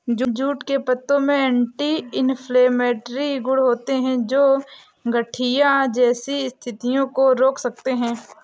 jute के पत्तों में एंटी इंफ्लेमेटरी गुण होते हैं, जो गठिया जैसी स्थितियों को रोक सकते हैं